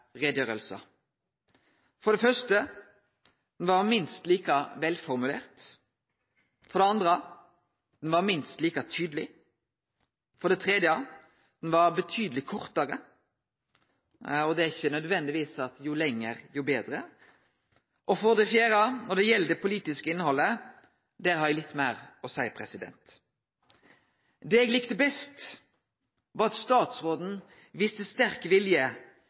For det første var den minst like velformulert. For det andre: Den var minst like tydeleg. For det tredje: Den var betydeleg kortare. Det er ikkje nødvendigvis slik at jo lenger, jo betre. For det fjerde: Når det gjeld det politiske innhaldet, har eg litt meir å seie. Det eg likte best, var at statsråden viste sterk vilje